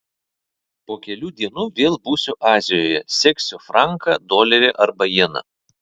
po kelių dienų vėl būsiu azijoje seksiu franką dolerį arba jeną